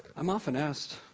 i'm often asked,